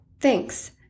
Thanks